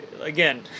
Again